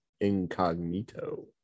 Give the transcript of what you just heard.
Incognito